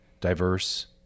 diverse